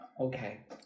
Okay